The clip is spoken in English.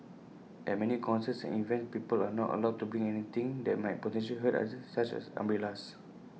at many concerts and events people are not allowed to bring anything that might potential hurt others such as umbrellas